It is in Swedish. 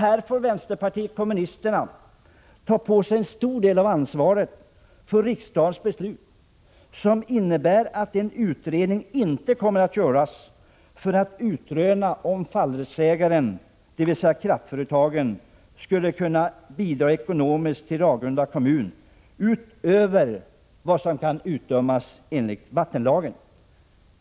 Här får vpk ta på sig en stor del av ansvaret för riksdagens beslut, som innebär att en utredning inte kommer att göras för att utröna om fallrättsägarna, dvs. kraftföretagen, skulle kunna bidra ekonomiskt till Ragunda kommun, utöver vad som kan utdömas enligt vattenlagen.